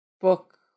book